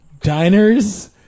Diners